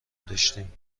داشتیم